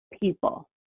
people